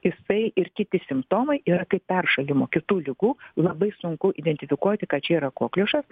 jisai ir kiti simptomai yra kaip peršalimo kitų ligų labai sunku identifikuoti kad čia yra kokliušas